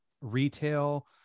retail